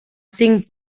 cinc